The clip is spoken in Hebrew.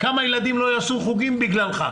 כמה ילדים לא ילכו לחוגים בגללך.